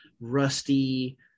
rusty